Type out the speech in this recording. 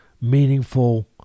meaningful